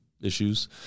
issues